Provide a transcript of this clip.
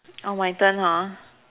oh my turn hor